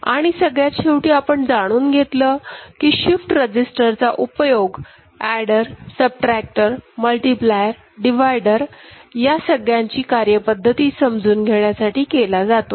आणि सगळ्यात शेवटी आपण जाणून घेतलं की शिफ्ट रजिस्टर चा उपयोग एडर सबट्रॅक्टर मल्टिप्लायर डिव्हायडर या सगळ्याची कार्यपद्धती समजून घेण्यासाठी केला जातो